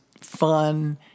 fun